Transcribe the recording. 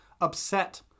upset